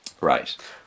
Right